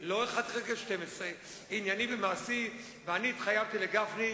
אולי הנדיב ביותר זה עם אותה מפלגה ש-42 שנה הייתי חבר גאה בה,